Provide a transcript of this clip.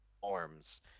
forms